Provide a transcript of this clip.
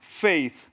faith